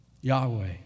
Yahweh